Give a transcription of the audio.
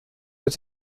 were